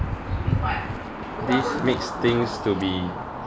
this makes things to be